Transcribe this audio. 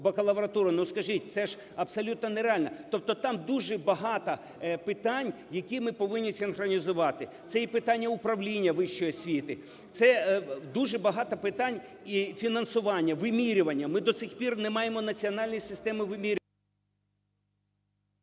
бакалавратури, скажіть, це ж абсолютно нереально. Тобто там дуже багато питань, які ми повинні синхронізувати. Це і питання управління вищої освіти, це дуже багато питань. І фінансування, вимірювання, ми до цих пір не маємо національної системи вимірювання…